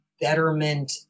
betterment